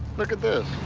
look at this.